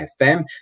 FM